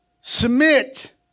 Submit